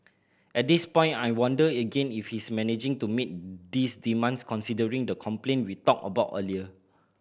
at this point I wonder again if he's managing to meet these demands considering the complaint we talked about earlier